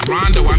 Rondo